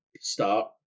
start